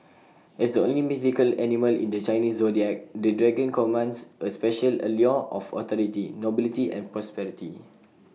as the only mythical animal in the Chinese Zodiac the dragon commands A special allure of authority nobility and prosperity